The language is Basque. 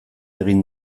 egin